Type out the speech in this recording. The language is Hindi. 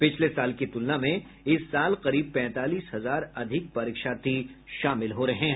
पिछले साल की तुलना में इस साल करीब पैंतालीस हजार अधिक परीक्षार्थी शामिल हो रहे हैं